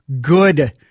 good